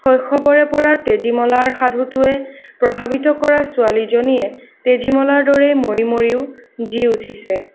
শৈশৱৰে পৰা তেজীমলাৰ সাধুটোৱে প্ৰভাৱিত কৰা ছোৱালীজনীয়ে তেজীমলাৰ দৰেই মৰি মৰিও জী উঠিছে